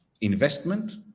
investment